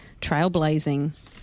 trailblazing